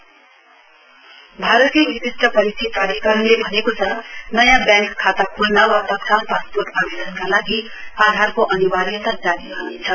आधार compulsory भारतीय विशिष्ट परिचय प्राधिकरणले भनेको छ नयाँ ब्याङ्क खाता खोल्न वा तत्काल पासपोर्ट आवेदनका लागि आधारको अनिवार्यता जारी रहनेछ